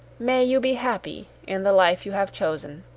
may you be happy in the life you have chosen!